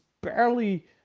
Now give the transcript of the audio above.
barely